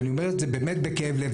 ואני באמת אומר את זה בכאב לב,